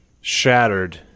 shattered